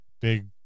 big